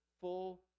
full